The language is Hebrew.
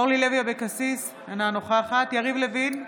אורלי לוי אבקסיס, אינה נוכחת יריב לוין,